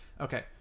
Okay